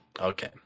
okay